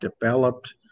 developed